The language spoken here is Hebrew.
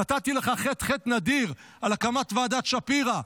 נתתי לך ח"ח נדיר על הקמת ועדת שפירא,